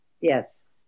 Yes